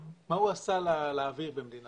אנחנו נפסיק את האסדה, יש לנו סמכות לעשות את